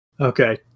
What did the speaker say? Okay